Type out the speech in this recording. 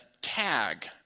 tag